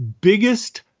biggest